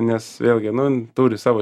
nes vėlgi nu jin turi savo